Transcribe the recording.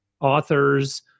authors